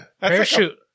Parachute